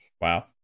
Wow